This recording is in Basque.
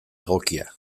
egokia